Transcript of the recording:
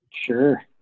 Sure